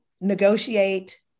negotiate